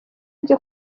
ryo